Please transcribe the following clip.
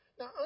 Now